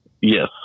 yes